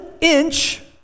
inch